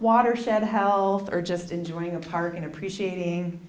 watershed health or just enjoying the park and appreciating